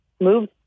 moved